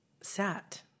sat